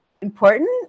important